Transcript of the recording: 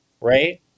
Right